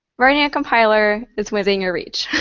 but yeah compiler is within your reach.